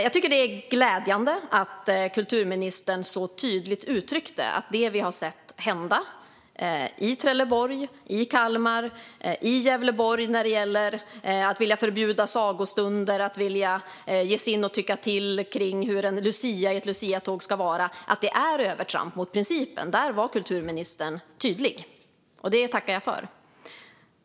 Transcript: Jag tycker att det är glädjande att kulturministern så tydligt uttryckte att det vi har sett hända i Trelleborg, Kalmar och Gävleborg när det gäller att vilja förbjuda sagostunder och ge sig in och tycka till om hur en lucia i ett luciatåg ska vara är ett övertramp mot principen. Där var kulturministern tydlig, och det tackar jag för.